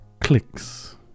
clicks